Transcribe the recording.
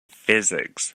physics